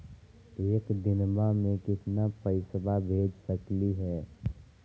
एक दिनवा मे केतना पैसवा भेज सकली हे?